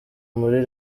muri